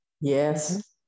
Yes